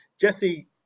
Jesse